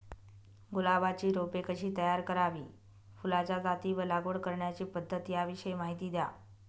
गुलाबाची रोपे कशी तयार करावी? फुलाच्या जाती व लागवड करण्याची पद्धत याविषयी माहिती द्या